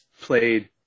played